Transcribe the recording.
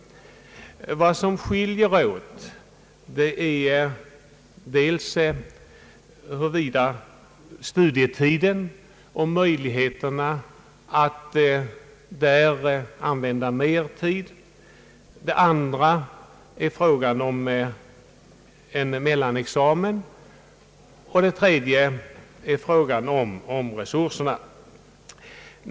Meningsskiljaktigheter råder egentligen bara på tre punkter, nämligen i fråga om studietidens längd, i fråga om införandet av en mellanexamen och i fråga om resurserna.